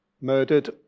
murdered